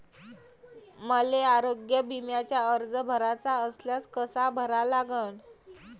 मले आरोग्य बिम्याचा अर्ज भराचा असल्यास कसा भरा लागन?